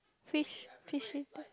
fish fishy